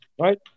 Right